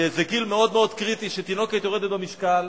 וזה גיל מאוד מאוד קריטי אם תינוקת יורדת במשקל.